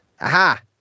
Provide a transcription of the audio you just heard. Aha